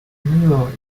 milo